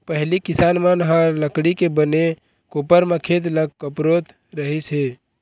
पहिली किसान मन ह लकड़ी के बने कोपर म खेत ल कोपरत रहिस हे